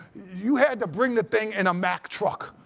you had to bring the thing in a mack truck.